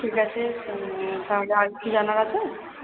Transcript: ঠিক আছে তাহলে আর কি জানার আছে